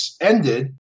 ended